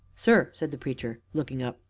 sir, said the preacher, looking up,